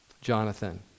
Jonathan